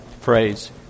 phrase